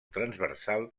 transversal